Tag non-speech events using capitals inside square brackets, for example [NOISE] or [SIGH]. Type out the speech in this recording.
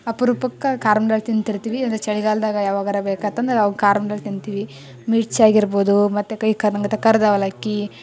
ಅಪ್ರೂಪಕ್ಕೆ ಖಾರ ಮಂಡಾಳ ತಿಂತಿರ್ತೀವಿ ಅಂದ್ರೆ ಚಳಿಗಾಲ್ದಾಗ ಯಾವಾಗರ ಬೇಕಾತಂದ್ರೆ ಅವಾಗ ಖಾರ್ ಮಂಡಾಳ ತಿಂತೀವಿ ಮಿರ್ಚಿ ಆಗಿರ್ಬೌದು ಮತ್ತು ಕೈ [UNINTELLIGIBLE] ಕರಿದ್ ಅವಲಕ್ಕಿ